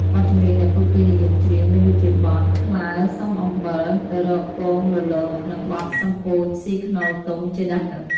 បទចម្រៀងដែលពួកគេនិយមច្រៀងមានដូចជាបទ «ក្លើសុំអំបិល» «ទៅរកពងលលក» និងបទ «សំពោចស៊ីខ្នុរទុំ» ជាដើម។